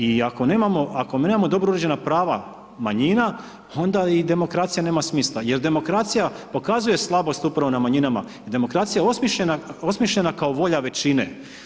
I ako nemamo dobro uređena prava manjina, onda i demokracija nema smisla, jer demokracija pokazuje slabost upravo na manjinama, demokracija je osmišljena kao volja većine.